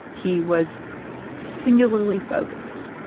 he was singularly focused,